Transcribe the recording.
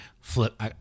flip